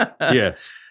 Yes